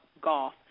golf